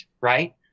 right